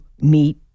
meet